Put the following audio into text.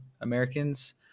Americans